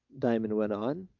diamond went on.